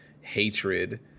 Hatred